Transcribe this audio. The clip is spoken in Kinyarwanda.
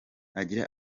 agira